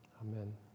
amen